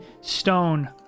stone